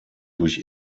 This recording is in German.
durch